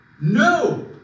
No